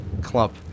clump